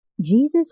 Jesus